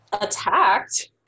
attacked